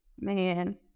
man